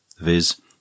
viz